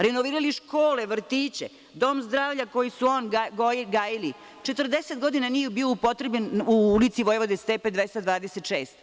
Renovirali škole, vrtiće, dom zdravlja koji su oni gajili, 40 godina nije bio upotrebljen u ulici Vojvode Stepe 226.